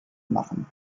machen